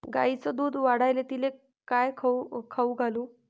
गायीचं दुध वाढवायले तिले काय खाऊ घालू?